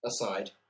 aside